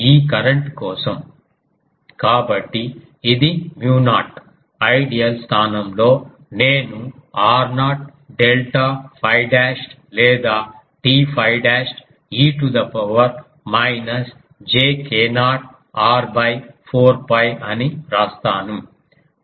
ఈ కరెంట్ కోసం కాబట్టి ఇది మ్యూ నాట్ Idl స్థానంలో నేను r0 డెల్టా 𝛟 డాష్డ్ లేదా d 𝛟 dashed e to the power minus j k0 r by 4 𝛑 అని వ్రాస్తాను